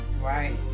right